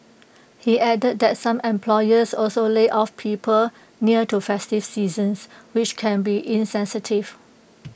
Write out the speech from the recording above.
he added that some employers also lay off people near to festive seasons which can be insensitive